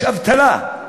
יש אבטלה.